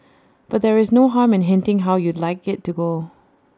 but there is no harm in hinting how you'd like IT to go